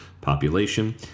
population